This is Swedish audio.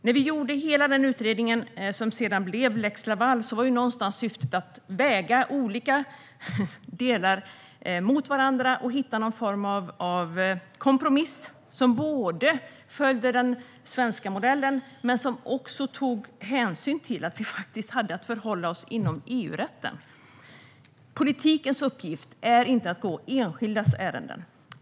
När vi gjorde hela den utredning som sedan resulterade i lex Laval var syftet att väga olika delar mot varandra och hitta någon form av kompromiss som följde den svenska modellen och som också tog hänsyn till att vi hade att förhålla oss till EU-rätten. Politikens uppgift är inte att gå enskildas ärenden.